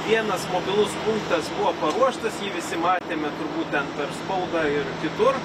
vienas mobilus punktas buvo paruoštas jį visi matėme turbūt ten per spaudą ir kitur